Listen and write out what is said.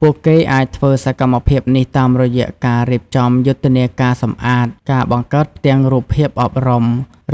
ពួកគេអាចធ្វើសកម្មភាពនេះតាមរយៈការរៀបចំយុទ្ធនាការសម្អាត, ការបង្កើតផ្ទាំងរូបភាពអប់រំ